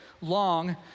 long